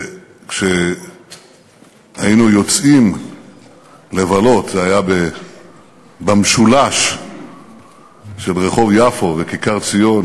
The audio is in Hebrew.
וכשהיינו יוצאים לבלות זה היה במשולש שברחוב יפו וכיכר-ציון